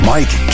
Mike